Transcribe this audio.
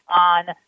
on